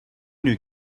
new